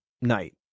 night